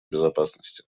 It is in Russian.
безопасности